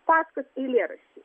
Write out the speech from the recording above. faktas eilėraščiai